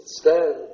stand